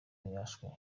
yafashwe